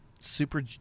super